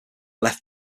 left